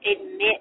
admit